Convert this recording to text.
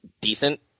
decent